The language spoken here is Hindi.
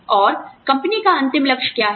और कंपनी का अंतिम लक्ष्य क्या है